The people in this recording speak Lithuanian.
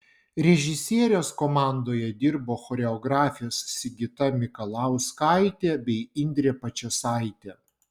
režisierės komandoje dirbo choreografės sigita mikalauskaitė bei indrė pačėsaitė